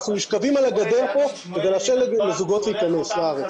אנחנו נשכבים על הגדר פה כדי לאפשר לזוגות להיכנס לארץ.